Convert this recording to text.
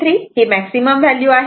23 ही maximum value आहे